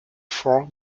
for